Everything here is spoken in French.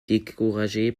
découragé